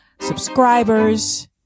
subscribers